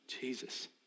Jesus